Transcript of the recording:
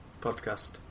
podcast